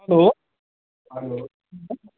hello